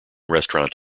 restaurant